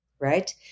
right